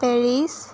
Paris